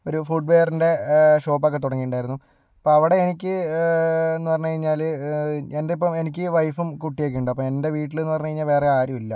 ഒരു ഫുട്വെയറിൻ്റെ ഷോപ്പ് ഒക്കെ തുടങ്ങിട്ടുണ്ടായിരുന്നു അപ്പോൾ അവിടെ എനിക്ക് എന്ന് പറഞ്ഞു കഴിഞ്ഞാല് എൻ്റെ ഒപ്പം എനിക്ക് വൈഫും കുട്ടിയൊക്കെ ഉണ്ട് അപ്പോൾ എൻ്റെ വീട്ടിൽ എന്ന് പറഞ്ഞു കഴിഞ്ഞാൽ വേറെ ആരുമില്ല